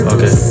Okay